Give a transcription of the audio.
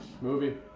Movie